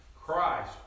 Christ